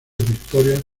victorias